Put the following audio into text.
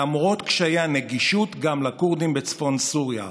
למרות קשיי הנגישות, גם לכורדים בצפון סוריה,